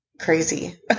crazy